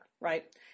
right